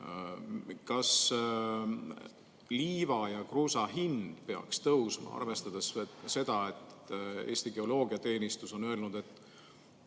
kas liiva ja kruusa hind peaks tõusma, arvestades seda, et Eesti Geoloogiateenistus on öelnud, et